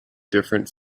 different